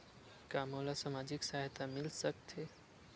का मोला सामाजिक सहायता मिल सकथे?